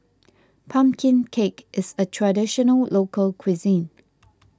Pumpkin Cake is a Traditional Local Cuisine